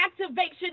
activation